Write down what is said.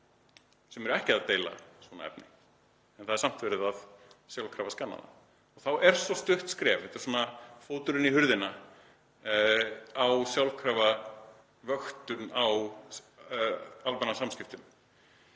sem eru ekki að deila svona efni. En það er samt sjálfkrafa verið að skanna þá og þá er svo stutt skref, þetta er svona fóturinn í hurðina, á sjálfkrafa vöktun á almannasamskiptum.